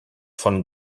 von